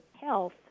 health